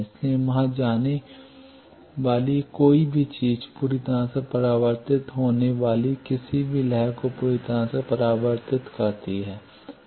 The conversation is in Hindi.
इसलिए वहां जाने वाली कोई भी चीज पूरी तरह से परावर्तित होने वाली किसी भी लहर को पूरी तरह से परावर्तित करती है